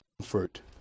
comfort